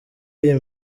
iyi